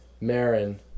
Marin